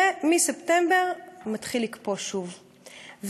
ומספטמבר מתחילה קפיאה שוב,